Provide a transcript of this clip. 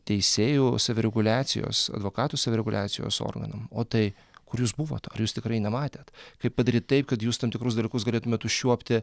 teisėjų savireguliacijos advokatų savireguliacijos organam o tai kur jūs buvot ar jūs tikrai nematėt kaip padaryt taip kad jūs tam tikrus dalykus galėtumėt užčiuopti